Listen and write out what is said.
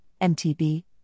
MTB